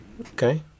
Okay